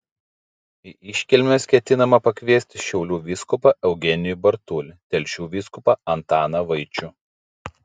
į iškilmes ketinama pakviesti šiaulių vyskupą eugenijų bartulį telšių vyskupą antaną vaičių